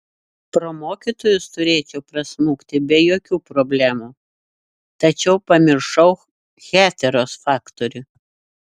pro mokytojus turėčiau prasmukti be jokių problemų tačiau pamiršau heteros faktorių